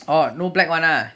orh no black [one] lah